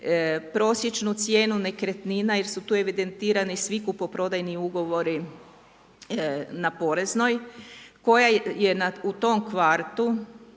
prosječnu cijenu nekretnina jer su tu evidentirani svi kupoprodajni ugovori na poreznoj koja je u tom kvartu,